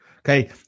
Okay